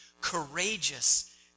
courageous